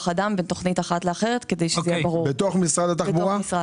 אדם מתוכנית אחת לתוכנית שנייה בתוך משרד התחבורה.